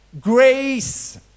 Grace